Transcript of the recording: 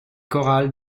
chorale